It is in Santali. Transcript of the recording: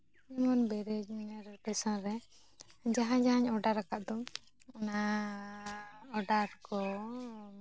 ᱡᱮᱢᱚᱱ ᱵᱮᱨᱮᱡᱽ ᱨᱮᱱᱟᱜ ᱞᱳᱠᱮᱥᱚᱱ ᱨᱮ ᱡᱟᱦᱟᱸ ᱡᱟᱦᱟᱸᱧ ᱚᱰᱟᱨᱟᱠᱟᱫ ᱫᱚ ᱚᱱᱟ ᱚᱰᱟᱨ ᱠᱚ